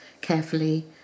carefully